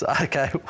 Okay